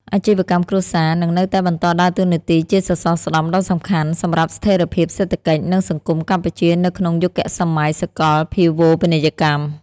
អាជីវកម្មគ្រួសារនឹងនៅតែបន្តដើរតួនាទីជាសសរស្តម្ភដ៏សំខាន់សម្រាប់ស្ថិរភាពសេដ្ឋកិច្ច និងសង្គមកម្ពុជានៅក្នុងយុគសម័យសកលភាវូបនីយកម្ម។